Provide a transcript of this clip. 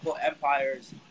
empires